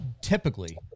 typically